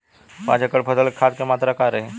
पाँच एकड़ फसल में खाद के मात्रा का रही?